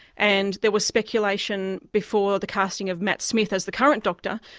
and there was speculation before the casting of matt smith as the current doctor,